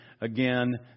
again